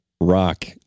rock